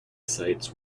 sites